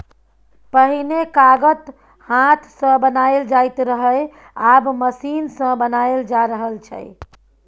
पहिने कागत हाथ सँ बनाएल जाइत रहय आब मशीन सँ बनाएल जा रहल छै